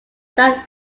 than